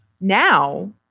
now